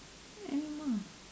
any more